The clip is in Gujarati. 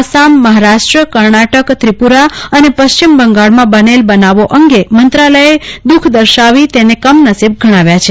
આસામ મહારાષ્ટ્ર કર્ણાટક ત્રિપુરા અને પશ્ચિમ બંગાળમાં બનેલા બનાવો અંગે મંત્રાલયે દુખ દર્શાવી તેને કમનસીબ ગણાવ્યા છે